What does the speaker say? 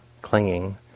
clinging